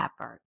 effort